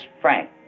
Frank